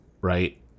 right